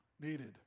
needed